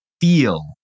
feel